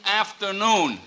afternoon